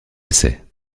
essais